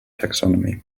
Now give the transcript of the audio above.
taxonomy